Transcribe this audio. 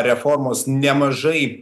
reformos nemažai